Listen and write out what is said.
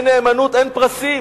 אין נאמנות, אין פרסים,